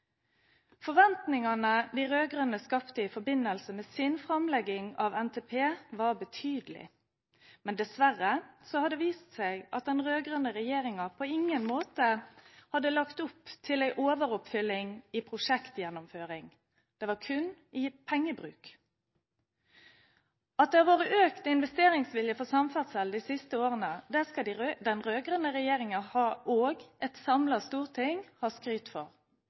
Forventningene de rød-grønne skapte i forbindelse med sin framlegging av NTP, var betydelige. Men dessverre har det vist seg at den rød-grønne regjeringen på ingen måte hadde lagt opp til en overoppfylling i prosjektgjennomføring – det var kun i pengebruk. At det har vært økt investeringsvilje for samferdsel de siste årene, skal den rød-grønne regjeringen – og et samlet storting – ha skryt for.